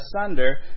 asunder